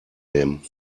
nehmen